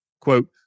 quote